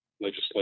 legislation